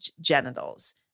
genitals